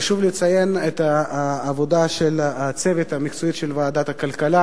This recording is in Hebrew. חשוב לציין את העבודה של הצוות המקצועי של ועדת הכלכלה.